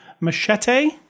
Machete